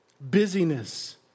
busyness